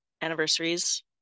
anniversaries